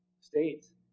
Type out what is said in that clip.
States